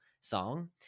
song